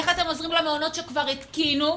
איך אתם עוזרים למעונות שכבר התקינו,